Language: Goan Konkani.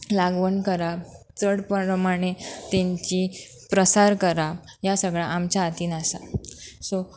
लागवण करप चड प्र प्रमाणें तेंची प्रसार करप ह्यां सगळां आमच्या हातीन आसा सो